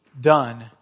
done